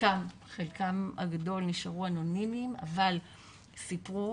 חלקם הגדול הם נשארו אנונימיים אבל סיפרו